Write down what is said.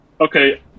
Okay